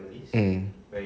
mm